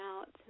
out